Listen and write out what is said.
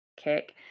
kick